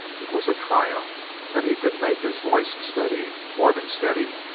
it was a triumph that he could make his voice steady more than steady.